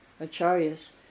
Acharyas